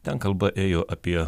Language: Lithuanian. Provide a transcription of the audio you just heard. ten kalba ėjo apie